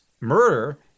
murder